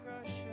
crush